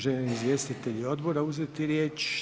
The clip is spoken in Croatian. Žele li izvjestitelji odbora uzeti riječ?